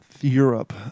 Europe